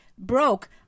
Broke